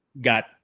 got